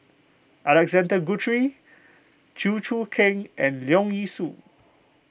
Alexander Guthrie Chew Choo Keng and Leong Yee Soo